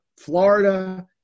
Florida